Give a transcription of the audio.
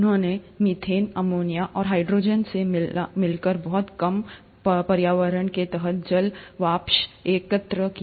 उन्होंने methane ammonia और hydrogen से मिलकर बहुत कम पर्यावरण के तहत जल वाष्प एकत्र किया